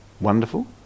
wonderful